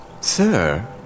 Sir